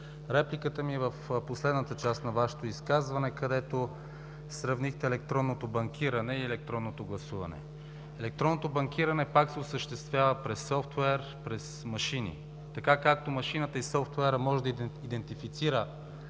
репликата ми е в последната част на Вашето изказване, където сравнихте електронното банкиране с електронното гласуване. Електронното банкиране пак се осъществява през софтуер, през машини. Така както машината и софтуерът може да идентифицира